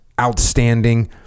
outstanding